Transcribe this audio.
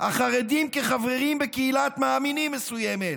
החרדים כחברים בקהילת מאמינים מסוימת,